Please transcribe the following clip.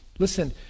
Listen